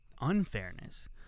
unfairness